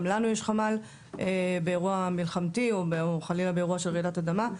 גם לנו יש חמ"ל באירוע מלחמתי או חלילה באירוע של רעידת אדמה.